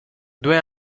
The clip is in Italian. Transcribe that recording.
due